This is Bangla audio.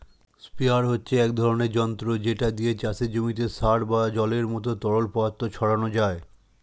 স্প্রেয়ার হচ্ছে এক ধরনের যন্ত্র যেটা দিয়ে চাষের জমিতে সার বা জলের মতো তরল পদার্থ ছড়ানো যায়